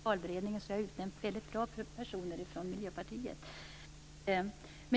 Valberedningen har utsett mycket bra personer från Miljöpartiet.